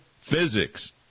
physics